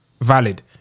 valid